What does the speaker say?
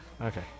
Okay